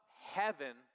heaven